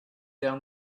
down